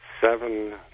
seven